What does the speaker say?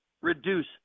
reduce